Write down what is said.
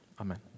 Amen